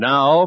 Now